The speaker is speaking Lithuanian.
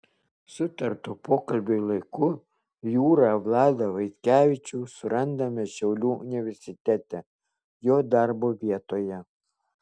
sutartu pokalbiui laiku jūrą vladą vaitkevičių surandame šiaulių universitete jo darbo vietoje